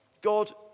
God